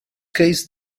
case